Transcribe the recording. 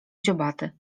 dziobaty